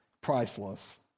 priceless